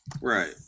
Right